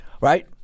right